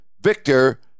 Victor